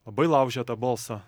labai laužia tą balsą